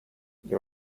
the